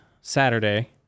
Saturday